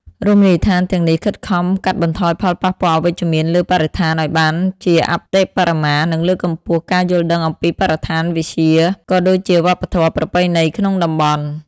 រមណីយដ្ឋានទាំងនេះខិតខំកាត់បន្ថយផលប៉ះពាល់អវិជ្ជមានលើបរិស្ថានឱ្យបានជាអតិបរមា និងលើកកម្ពស់ការយល់ដឹងអំពីបរិស្ថានវិទ្យា ក៏ដូចជាវប្បធម៌ប្រពៃណីក្នុងតំបន់។